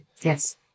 Yes